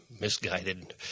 misguided